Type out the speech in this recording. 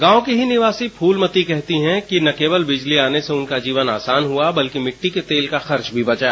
गांव की ही निवासी फूलमती कहती हैं कि न केवल बिजली आने से उनका जीवन आसान हुआ बल्कि मिट्टी के तेल का खर्च भी बचा